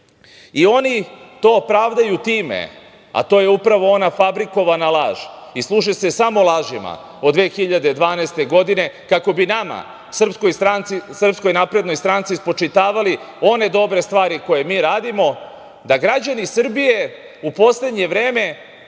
to pravdaju time, a to je upravo ona fabrikovana laž i služi se samo lažima od 2012. godine kako bi nama Srpskoj naprednoj stranci spočitavali one dobre stvari koje mi radimo da građani Srbije u poslednje vreme